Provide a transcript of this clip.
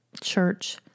Church